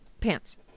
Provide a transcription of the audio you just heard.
Pants